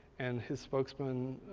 and his spokesman,